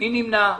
מי נמנע?